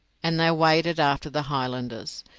and they waded after the highlanders.